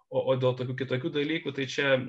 o o dėl tokių kitokių dalykų tai čia